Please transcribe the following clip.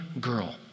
girl